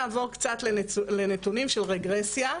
נעבור קצת לנתונים של רגרסיה.